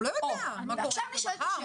הוא לא יודע מה יהיה מחר, מחרתיים.